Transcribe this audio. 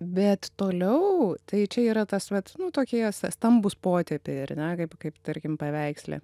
bet toliau tai čia yra tas vat nu tokie sa stambūs potėpiai ar ne kaip kaip tarkim paveiksle